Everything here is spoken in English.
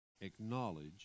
acknowledge